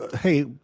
Hey